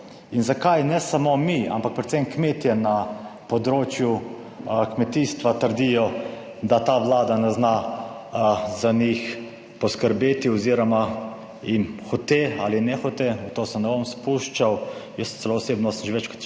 In zakaj ne samo mi, ampak predvsem kmetje na področju kmetijstva trdijo, da ta Vlada ne zna za njih poskrbeti oziroma jim hote ali nehote, v to se ne bom spuščal, jaz celo osebno sem že večkrat rekel,